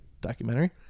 documentary